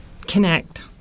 connect